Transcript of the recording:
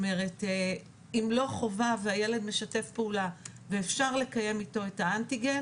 זאת אומרת אם לא חובה והילד משתף פעולה ואפשר לקיים איתו את האנטיגן